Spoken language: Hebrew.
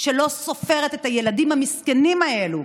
שלא סופרת את הילדים המסכנים האלה,